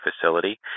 facility